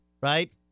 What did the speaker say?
Right